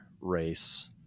race